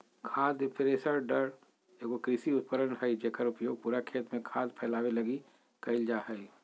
खाद स्प्रेडर एगो कृषि उपकरण हइ जेकर उपयोग पूरा खेत में खाद फैलावे लगी कईल जा हइ